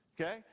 okay